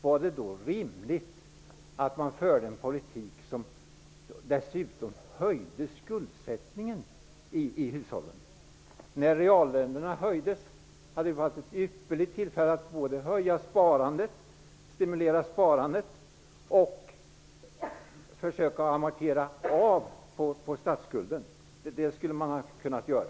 Var det då rimligt att föra en politik som dessutom ökade hushållens skuldsättning? När reallönerna höjdes hade det varit ett ypperligt tillfälle att både stimulera sparandet och försöka amortera statsskulden. Det skulle ni ha kunnat göra.